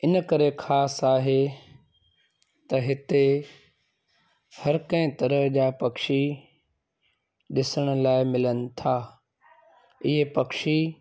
इनकरे ख़ासि आहे त हिते हर कंहिं तरह जा पक्षी ॾिसणु लाइ मिलनि था इहे पक्षी